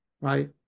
right